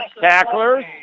tacklers